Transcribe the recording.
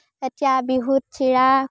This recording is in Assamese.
এতিয়া বিহুত চিৰা